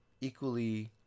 equally